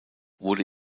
wurde